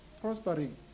prospering